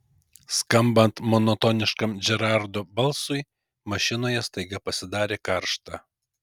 skambant monotoniškam džerardo balsui mašinoje staiga pasidarė karšta